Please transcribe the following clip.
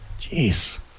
Jeez